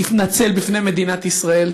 תתנצל בפני מדינת ישראל.